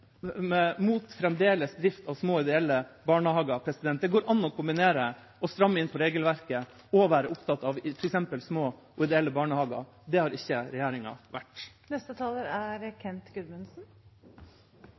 små, ideelle barnehager. Det går an å kombinere det å stramme inn regelverket og å være opptatt av f.eks. små og ideelle barnehager. Det har ikke regjeringa vært.